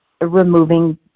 removing